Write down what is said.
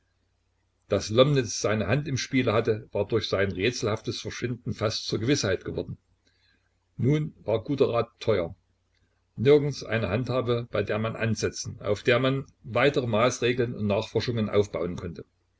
daß lomnitz seine hand im spiele hatte war durch sein rätselhaftes verschwinden fast zur gewißheit geworden nun war guter rat teuer nirgends eine handhabe bei der man ansetzen auf der man weitere maßregeln und nachforschungen aufbauen konnte